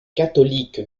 catholique